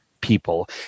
people